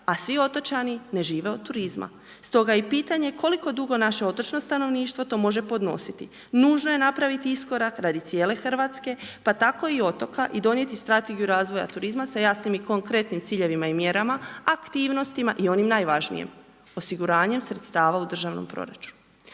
a svi otočani ne žive od turizma stoga i pitanje koliko dugo naše otočno stanovništvo to može podnositi? Nužno je napraviti iskorak radi cijele Hrvatske pa tako i otoka i donijeti strategiju razvoja turizma sa jasnim i konkretnim ciljevima i mjerama, aktivnostima i onim najvažnijem, osiguranjem sredstava u državnom proračunu.